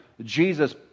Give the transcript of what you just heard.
Jesus